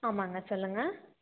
ஆமாங்க சொல்லுங்க